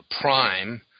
prime